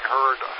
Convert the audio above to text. heard